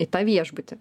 į tą viešbutį